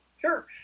Sure